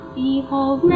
behold